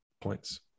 points